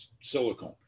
silicone